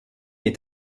est